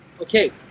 okay